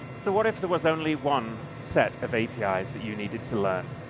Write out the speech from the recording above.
so what if there was only one set of apis that you needed to learn?